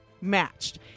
Matched